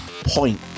point